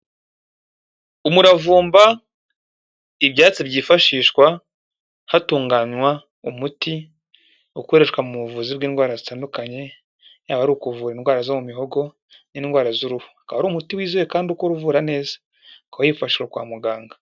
Umuravumba, ibyatsi byifashishwa hatunganywa umuti ukoreshwa mu buvuzi bw'indwara zitandukanye, yaba ari ukuvura indwara zo mu mihogo n'indwara z'uruhu. Akaba ari umuti wizewe kandi ukora, uruvura neza. Ukaba wifashishwa kwa muganga.